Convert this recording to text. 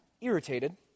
irritated